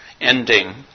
ending